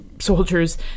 Soldiers